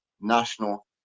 national